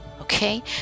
Okay